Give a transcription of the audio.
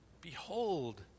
Behold